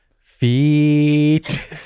feet